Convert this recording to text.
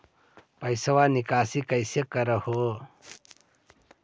पैसवा निकासी कैसे कर हो?